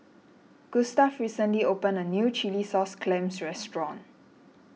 Gustav recently opened a new Chilli Sauce Clams Restaurant